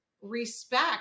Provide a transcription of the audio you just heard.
respect